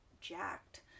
jacked